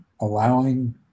allowing